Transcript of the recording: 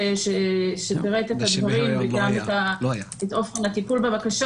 שפירט את הדברים וגם את אופן הטיפול בבקשות.